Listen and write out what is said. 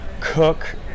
cook